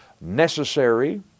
necessary